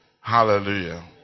Hallelujah